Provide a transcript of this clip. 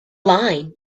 line